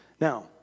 Now